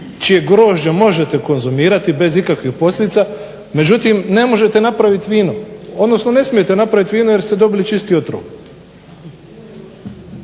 čije grožđe možete konzumirati bez ikakvih posljedica, međutim ne možete napravit vino, odnosno ne smijete napravit vino jer ste dobili čisti otrov.